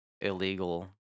illegal